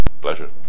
Pleasure